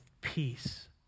peace